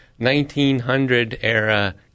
1900-era